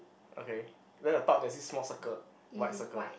okay then the top there's this small circle white circle